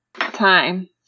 time